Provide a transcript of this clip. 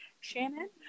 Shannon